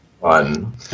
fun